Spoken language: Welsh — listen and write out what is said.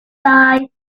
dau